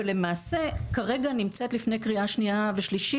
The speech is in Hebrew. ולמעשה כרגע נמצאת לפני קריאה שניה ושלישית